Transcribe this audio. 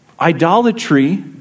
Idolatry